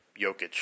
Jokic